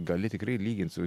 gali tikrai lygint su